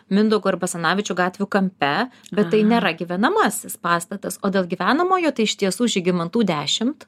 mindaugo ir basanavičių gatvių kampe bet tai nėra gyvenamasis pastatas o dėl gyvenamojo tai iš tiesų žygimantų dešimt